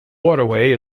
waterway